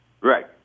Right